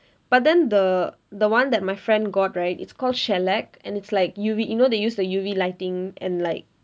but then the the one that my friend got right it's called shellac and it's like U_V you know they use the U_V lighting and like